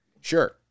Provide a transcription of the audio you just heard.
Sure